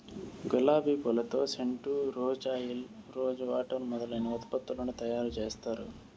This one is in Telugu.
గులాబి పూలతో scent, rose oil, rose water మొదలైన ఉత్పత్తులను తయారు చేత్తారు